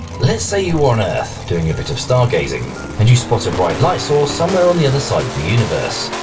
let's say you were on earth, doing a bit of star gazing and you spot a bright light source somewhere on the other side of the universe.